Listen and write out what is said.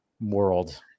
world